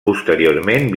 posteriorment